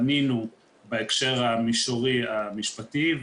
ענינו בהקשר המישורי המשפטי.